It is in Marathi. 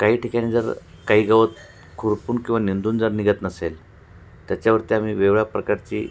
काही ठिकाणी जर काही गवत खुरपून किंवा निंदून जर निघत नसेल त्याच्यावरती आम्ही वेगळ्या प्रकारची